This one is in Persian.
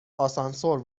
آسانسور